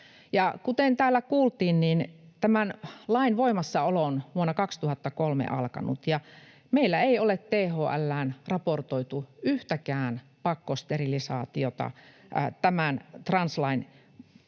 Kuten täällä kuultiin, tämän lain voimassaolo on vuonna 2003 alkanut ja meillä ei ole THL:ään raportoitu yhtäkään pakkosterilisaatiota tämän translain johdosta,